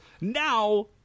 Now